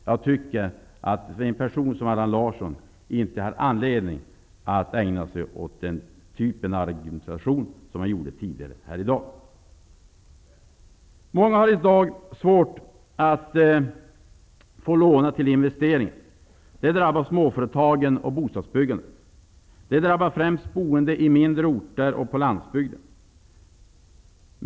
Jag tycker att en person som Allan Larsson inte har anledning att ägna sig åt den typ av argumentation som han gjorde tidigare i dag. Många har i dag svårt att få låna till investeringar. Det drabbar småföretagen och bostadsbyggandet. Det drabbar främst boende i mindre orter och på landsbygden.